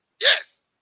Yes